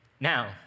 Now